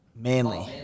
Manly